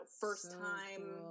first-time